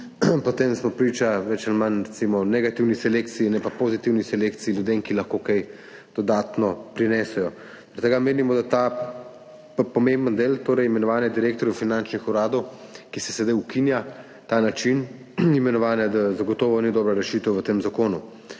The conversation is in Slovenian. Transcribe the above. potem smo priča več ali manj recimo negativni selekciji, ne pa pozitivni selekciji, ljudem, ki lahko kaj dodatno prinesejo. Zaradi tega menimo, da ta pomemben del, torej imenovanje direktorjev finančnih uradov, ki se sedaj ukinja, ta način imenovanja zagotovo ni dobra rešitev v tem zakonu.